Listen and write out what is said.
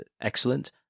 excellent